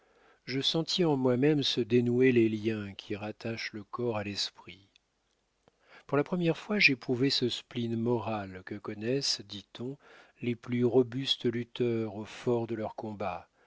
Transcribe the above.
je sentis en moi-même se dénouer les liens qui rattachent le corps à l'esprit pour la première fois j'éprouvai ce spleen moral que connaissent dit-on les plus robustes lutteurs au fort de leurs combats